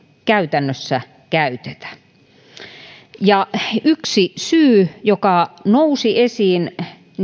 käytännössä käytetä yksi syy joka nousi esiin